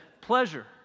pleasure